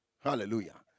Hallelujah